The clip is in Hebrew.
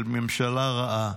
של ממשלה רעה.